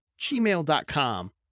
gmail.com